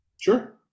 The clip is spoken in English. Sure